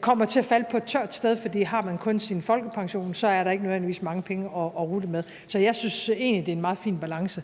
kommer til at falde på et tørt sted. For har man kun sin folkepension, er der ikke nødvendigvis mange penge at rutte med. Så jeg synes egentlig, der er en meget fin balance.